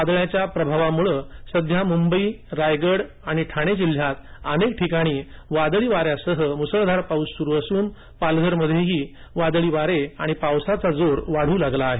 वादळाच्या प्रभावामुळे सध्या मुंबई रायगड आणि ठाणे जिल्ह्यात अनेक ठिकाणी वादळी वाऱ्यांसह म्सळधार पाऊस सुरू असून पालघर मध्येही वादळी वारे आणि पावसाचा जोर वाढू लागला आहे